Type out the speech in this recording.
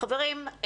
חברים,